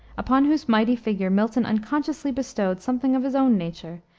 upon whose mighty figure milton unconsciously bestowed something of his own nature,